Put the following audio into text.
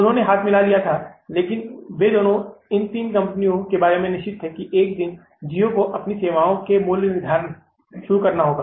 उन्हें हाथ मिला लिया था लेकिन वे दोनों इन तीन कंपनियों के बारे में निश्चित थे कि एक दिन Jio को अपनी सेवाओं में मूल्य निर्धारण शुरू करना होगा